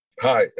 Hi